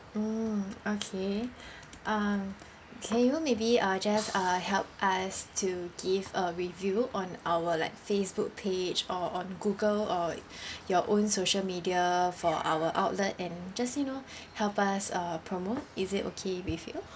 mm okay um can you maybe uh just uh help us to give a review on our like Facebook page or on Google or your own social media for our outlet and just you know help us uh promo is it okay with you